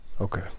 Okay